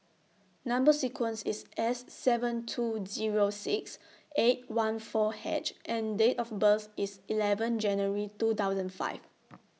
Number sequence IS S seven two Zero six eight one four H and Date of birth IS eleven January two thousand five